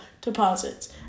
deposits